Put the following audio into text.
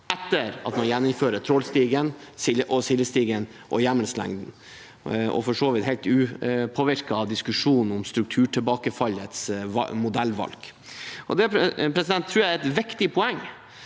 etter at man gjeninnfører trålstigen, sildestigen og hjemmels lengden, og er for så vidt helt upåvirket av diskusjonen om strukturtilbakefallets modellvalg. Det tror jeg er et viktig poeng.